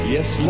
Yes